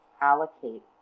allocate